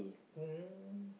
oh